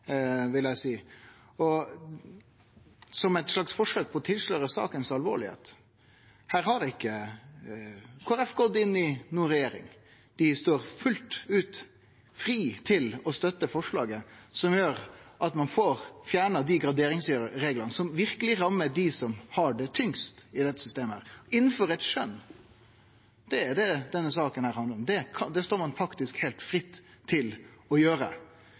slags forsøk på å tilsløre alvoret i saka. Her har ikkje Kristeleg Folkeparti gått inn i noka regjering. Dei står fullt ut fritt til å støtte forslaget som gjer at ein får fjerna dei graderingsreglane som verkeleg rammar dei som har det tyngst i dette systemet – innanfor eit skjøn. Det er det denne saka handlar om – det står ein faktisk heilt fritt til å gjere.